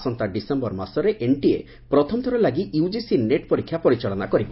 ଆସନ୍ତା ଡିସେୟର ମାସରେ ଏନ୍ଟିଏ ପ୍ରଥମ ଥର ଲାଗି ୟୁଜିସି ନେଟ୍ ପରୀକ୍ଷା ପରିଚାଳନା କରିବ